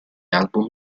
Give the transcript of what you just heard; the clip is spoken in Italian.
album